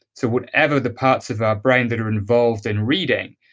so whatever the parts of our brain that are involved in reading,